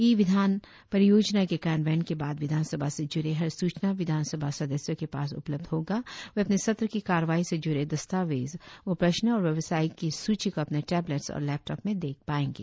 ई विधान परियोजना के कार्यान्वयन के बाद विधान सभा से जूड़े हर सूचना विधान सभा सदस्यों के पास उपलब्ध होगा वे अपने सत्र की कार्रवाई से जुड़े दस्तावेज व प्रश्नों और व्यवसाय के सूची को अपने टेबलेट्स और लेपटोप में देख पाएंगे